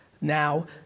now